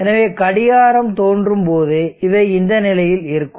எனவே கடிகாரம் தோன்றும் போது இவை இந்த நிலையில் இருக்கும்